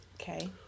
Okay